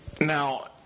now